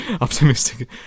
optimistic